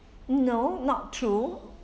no not true